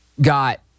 got